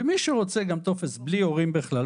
ומי שרוצה טופס גם בלי הורים בכלל,